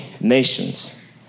nations